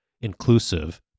inclusive